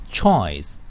Choice